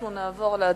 אנחנו נעבור להצבעה.